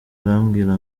arambwira